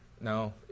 no